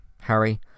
Harry